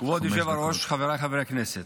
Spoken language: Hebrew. כבוד היושב-ראש, חבריי חברי הכנסת,